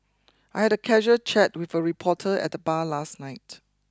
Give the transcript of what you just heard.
I had a casual chat with a reporter at the bar last night